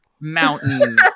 Mountain